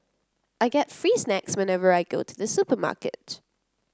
I get free snacks whenever I go to the supermarket